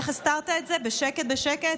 איך הסתרת את זה בשקט בשקט?